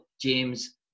James